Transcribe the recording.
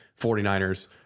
49ers